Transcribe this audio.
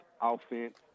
offense